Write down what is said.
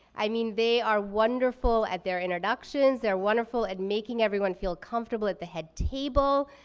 i mean they are wonderful at their introductions, they're wonderful at making everyone feel comfortable at the head table,